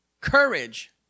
Courage